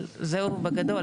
אבל זהו בגדול,